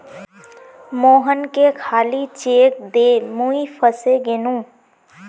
मोहनके खाली चेक दे मुई फसे गेनू